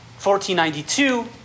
1492